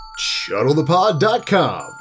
ShuttleThePod.com